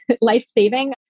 life-saving